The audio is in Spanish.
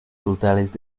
frutales